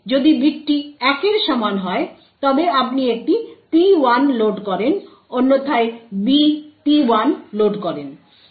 যদি বিটটি 1 এর সমান হয় তবে আপনি একটি P1 লোড করেন অন্যথায় B P1 লোড করেন